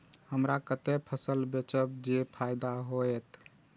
हमरा कते फसल बेचब जे फायदा होयत?